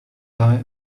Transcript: i—i